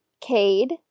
Cade